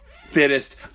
fittest